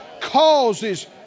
causes